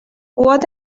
what